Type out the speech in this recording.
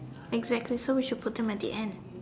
exactly so we should him at the end